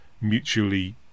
mutually